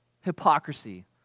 Hypocrisy